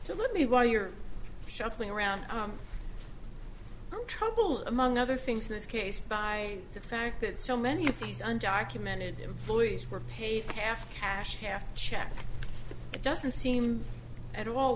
to let me while you're shuffling around trouble among other things in this case by the fact that so many of these undocumented employees were paid half cash half check it doesn't seem at all